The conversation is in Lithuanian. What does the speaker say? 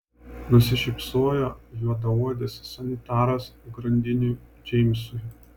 nusišypsojo juodaodis sanitaras grandiniui džeimsui